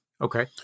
Okay